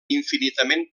infinitament